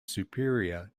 superior